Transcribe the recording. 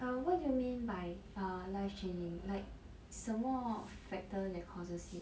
err what do you mean by err life changing like 什么 factor that causes it